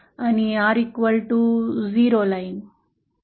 आणि ही आर 0 ची लाइन आहे